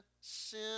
sin